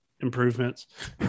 improvements